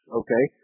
okay